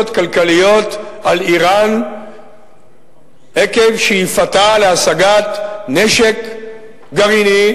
כלכליות על אירן עקב שאיפתה להשגת נשק גרעיני,